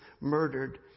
murdered